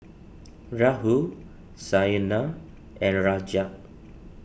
Rahul Saina and Rajat